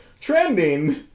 trending